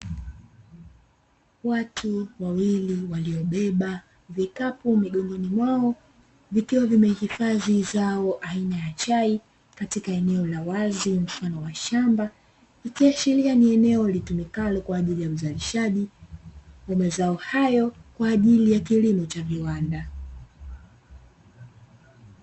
Watu wawili waliobeba vikapu migongoni mwao vikiwa vimehifadhi zao aina ya chai katika eneo la wazi mfano wa shamba, ikiashiria ni eneo litumikalo kwa ajili ya uzalishaji wa mazao hayo, kwa ajili ya kilimo cha viwanda.